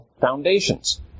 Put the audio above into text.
foundations